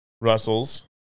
Russell's